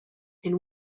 and